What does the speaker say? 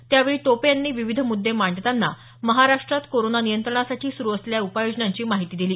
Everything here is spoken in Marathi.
त्यावेळी टोपे यांनी विविध मुद्दे मांडताना महाराष्ट्रात कोरोना नियंत्रणासाठी सुरू असलेल्या उपाययोजनांची माहिती दिली